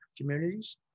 communities